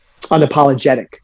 unapologetic